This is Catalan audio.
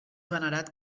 venerat